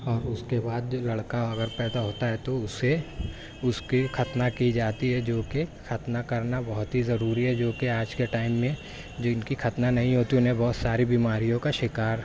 اور اس کے بعد جو لڑکا اگر پیدا ہوتا ہے تو اسے اس کے ختنہ کی جاتی ہے جو کہ ختنہ کرنا بہت ہی ضروری ہے جو کہ آج کے ٹائم میں جن کی ختنہ نہیں ہوتی انہیں بہت ساری بیماریوں کا شکار